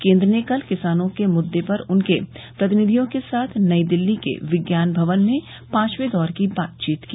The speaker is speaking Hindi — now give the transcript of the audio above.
केंद्र ने कल किसानों के मुद्दों पर उनके प्रतिनिधियों के साथ नई दिल्ली के विज्ञान भवन में पांचवे दौर की बातचीत की